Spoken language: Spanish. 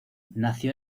nació